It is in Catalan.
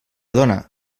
dona